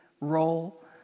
role